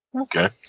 Okay